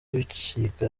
ibicika